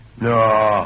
No